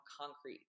concrete